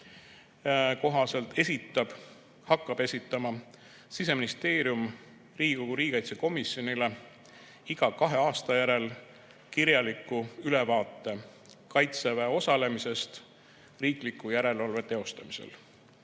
kohaselt hakkab Siseministeerium esitama Riigikogu riigikaitsekomisjonile iga kahe aasta järel kirjaliku ülevaate Kaitseväe osalemisest riikliku järelevalve teostamisel.